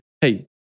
hey